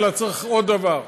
אלא צריך עוד דבר.